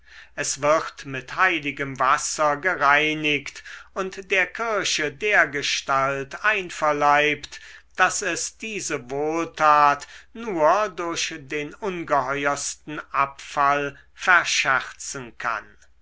es wird mit heiligem wasser gereinigt und der kirche dergestalt einverleibt daß es diese wohltat nur durch den ungeheuersten abfall verscherzen kann